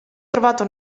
trovato